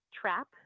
trap